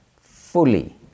fully